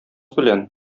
белән